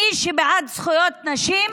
מי שבעד זכויות נשים,